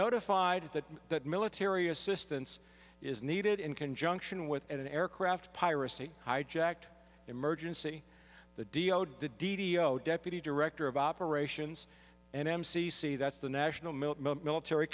notified that that military assistance is needed in conjunction with an aircraft piracy hijacked emergency the dio didio deputy director of operations and m c c that's the national mil